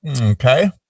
Okay